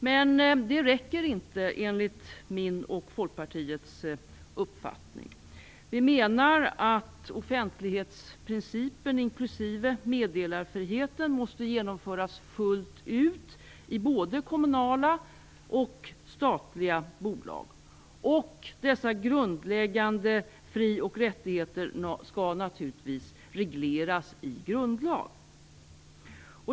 Men det räcker inte, enligt min och Folkpartiets uppfattning. Vi menar att offentlighetsprincipen inklusive meddelarfriheten måste genomföras fullt ut i både kommunala och statliga bolag. Dessa grundläggande fri och rättigheter skall naturligtvis regleras i grundlag.